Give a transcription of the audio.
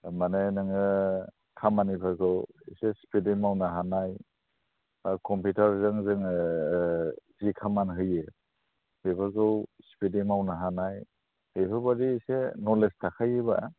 माने नोङो खामानिफोरखौ एसे स्पिडयै मावनो हानाय आरो कम्पिटारजों जोङो जि खामान होयो बेफोरखौ स्पिडयै मावनो हानाय बेफोरबादि एसे नलेडस थाखायोबा